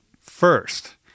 first